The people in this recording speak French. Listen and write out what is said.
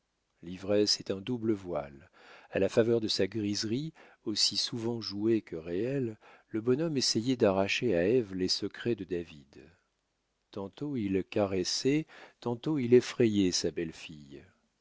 l'ivresse est un double voile a la faveur de sa griserie aussi souvent jouée que réelle le bonhomme essayait d'arracher à ève les secrets de david tantôt il caressait tantôt il effrayait sa belle-fille